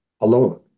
alone